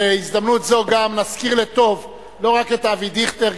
ובהזדמנות זו נזכיר לטוב לא רק את אבי דיכטר,